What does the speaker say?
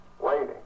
waiting